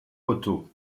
poteau